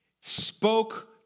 spoke